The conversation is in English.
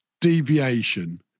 deviation